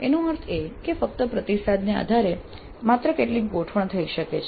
એનો અર્થ એ કે ફક્ત પ્રતિસાદના આધારે માત્ર કેટલીક ગોઠવણ હોઈ શકે છે